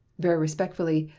very respectfully,